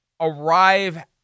arrive